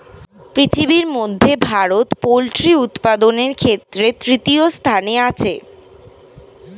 পৃথিবীর মধ্যে ভারত পোল্ট্রি উপাদানের ক্ষেত্রে তৃতীয় স্থানে আছে